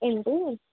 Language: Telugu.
ఏంటి